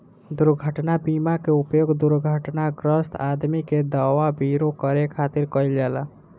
दुर्घटना बीमा के उपयोग दुर्घटनाग्रस्त आदमी के दवा विरो करे खातिर कईल जाला